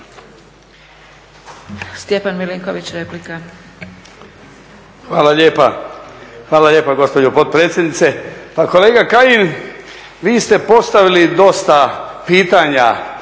Stjepan Milinković, replika. **Milinković, Stjepan (HDZ)** Hvala lijepa gospođo potpredsjednice. Kolega Kajin, vi ste postavili dosta pitanja